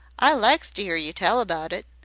i likes to ear yer tell about it.